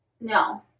No